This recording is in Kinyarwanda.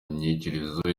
nyikirizo